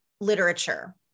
literature